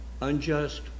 unjust